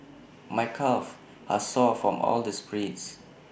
my calves are sore from all the sprints